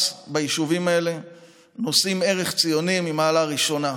ביישובים האלה נושא ערך ציוני מהמעלה הראשונה,